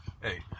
hey